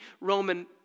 Roman